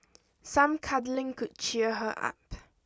some cuddling could cheer her up